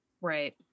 Right